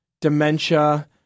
dementia